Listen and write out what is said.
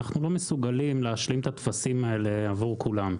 אנחנו לא מסוגלים להשלים את הטפסים האלה עבור כולם.